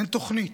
אין תוכנית.